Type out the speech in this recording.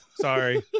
Sorry